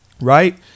right